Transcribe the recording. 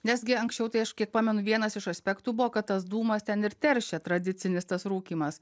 nes gi anksčiau tai aš kiek pamenu vienas iš aspektų buvo kad tas dūmas ten ir teršia tradicinis tas rūkymas